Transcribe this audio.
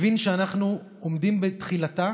הבין שאנחנו עומדים בתחילתה